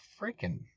freaking